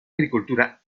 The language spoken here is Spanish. agricultura